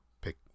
pick